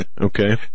Okay